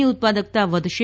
ની ઉત્પાદકતા વધશે